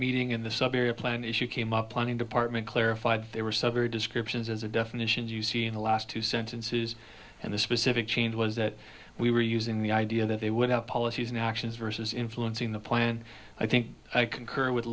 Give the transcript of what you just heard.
meeting in the suburb plan issue came up planning department clarified there were some very descriptions as a definition you see in the last two sentences and the specific changes that we were using the idea that they would have policies and actions versus influencing the plan i think i concur with